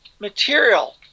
material